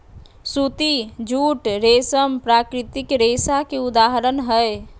सूती, जूट, रेशम प्राकृतिक रेशा के उदाहरण हय